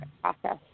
process